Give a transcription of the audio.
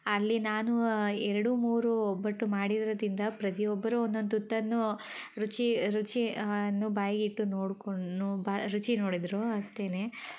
ಅಲ್ಲಿ ನಾನು ಎರಡು ಮೂರು ಒಬ್ಬಟ್ಟು ಮಾಡಿರೋದ್ರಿಂದ ಪ್ರತಿಯೊಬ್ಬರು ಒಂದೊಂದು ತುತ್ತನ್ನು ರುಚಿ ರುಚಿಯನ್ನು ಬಾಯಿಗಿಟ್ಟು ನೋಡಿಕೊಂಡು ಬ ರುಚಿ ನೋಡಿದರು ಅಸ್ಟೇ